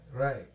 right